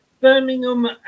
Birmingham